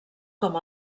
com